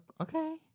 Okay